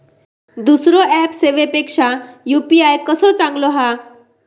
दुसरो ऍप सेवेपेक्षा यू.पी.आय कसो चांगलो हा?